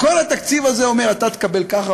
וכל התקציב הזה אומר: אתה תקבל ככה,